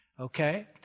Okay